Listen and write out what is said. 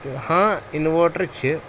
تہٕ ہاں اِنوٲٹَر چھِ